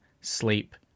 sleep